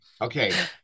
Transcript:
Okay